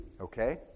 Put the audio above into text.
okay